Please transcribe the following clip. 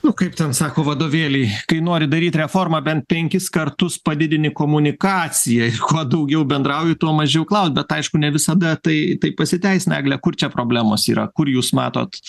nu kaip ten sako vadovėliai kai nori daryt reformą bent penkis kartus padidini komunikacijai kuo daugiau bendrauji tuo mažiau klaus bet aišku ne visada tai tai pasiteisina egle kur čia problemos yra kur jūs matot